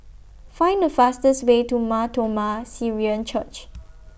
Find The fastest Way to Mar Thoma Syrian Church